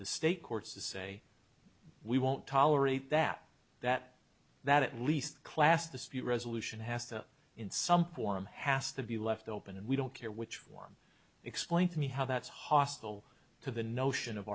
the state courts to say we won't tolerate that that that at least class dispute resolution has in some form has to be left open and we don't care which one explain to me how that's hostile to the notion of